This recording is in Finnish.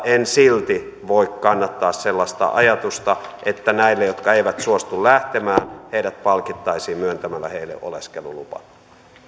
en silti voi kannattaa sellaista ajatusta että nämä jotka eivät suostu lähtemään palkittaisiin myöntämällä heille oleskelulupa